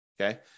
Okay